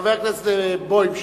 חבר הכנסת בוים,